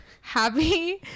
happy